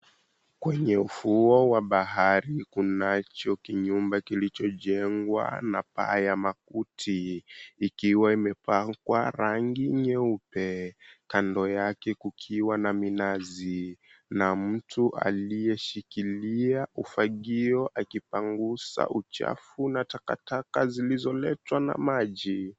Kwenye ufuo wa bahari kunacho kinyumba kilichojengwa na paa ya makuti ikiwa imepakwa rangi nyeupe kando yake kukiwa na minazi na mtu aliyeshikilia ufagio akipanguza uchafu na takataka zilizoletwa na maji.